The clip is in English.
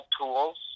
tools